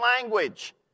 language